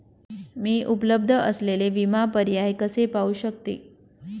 मी उपलब्ध असलेले विमा पर्याय कसे पाहू शकते?